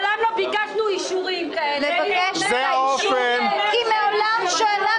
מעולם לא ביקשנו אישורים כאלה --- כי מעולם שאלה